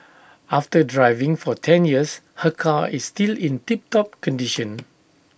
after driving for ten years her car is still in tip top condition